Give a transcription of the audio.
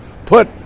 Put